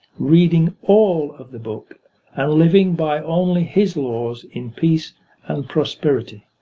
reading all of the book and living by only his laws, in peace and prosperity.